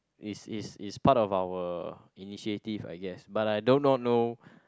is is is part of our initiative I guess but I do not know